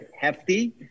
hefty